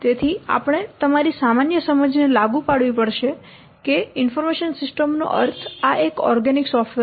તેથી આપણે તમારી સામાન્ય સમજને લાગુ પાડવી પડશે કે માહિતી સિસ્ટમનો અર્થ આ એક ઓર્ગેનિક સોફ્ટવેર છે